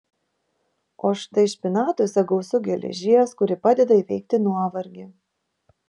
o štai špinatuose gausu geležies kuri padeda įveikti nuovargį